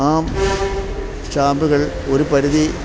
ആ സ്റ്റാമ്പുകൾ ഒരു പരിധി